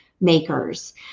makers